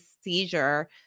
seizure